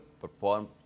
perform